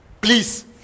Please